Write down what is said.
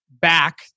back